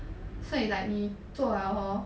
so it's like 你做 liao hor